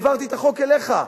העברתי את החוק אליך.